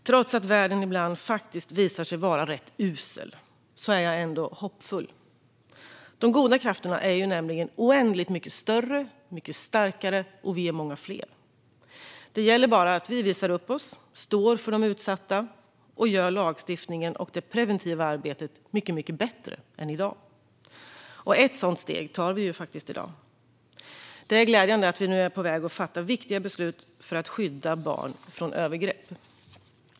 Trots att världen ibland faktiskt visar sig vara rätt usel är jag ändå hoppfull. De goda krafterna är nämligen oändligt mycket större och starkare, och vi är många fler. Det gäller bara att vi visar oss, står upp för de utsatta och gör lagstiftningen och det preventiva arbetet mycket bättre än i dag. Ett sådant steg tar vi i dag. Det är glädjande att vi nu är på väg att fatta viktiga beslut för att skydda barn från övergrepp.